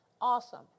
awesome